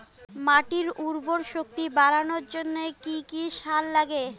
মাটির উর্বর শক্তি বাড়ানোর জন্য কি কি সার লাগে?